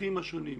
ובצרכים השונים.